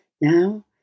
now